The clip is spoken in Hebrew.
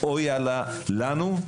אויה לנו,